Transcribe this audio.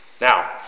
Now